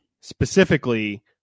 specifically